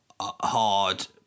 hard